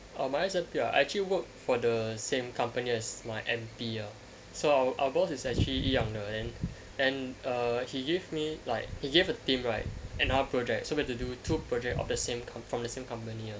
orh my S_I_P ah I actually worked for the same company as my M_P uh so our our boss is actually 一样的 and and err he gave me like he gave the team right another project so we have to do two project of the same com~ from the same company ah